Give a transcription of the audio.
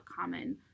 common